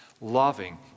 loving